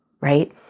right